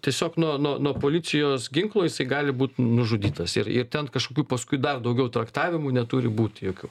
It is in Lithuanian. tiesiog nuo nuo nuo policijos ginklo jisai gali būt nužudytas ir ir ten kažkokių paskui dar daugiau traktavimų neturi būt jokių